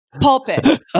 pulpit